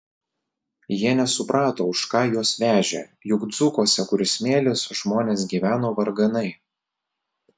jie nesuprato už ką juos vežė juk dzūkuose kur smėlis žmonės gyveno varganai